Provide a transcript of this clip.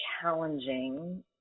challenging